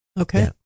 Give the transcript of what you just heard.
Okay